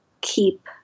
keep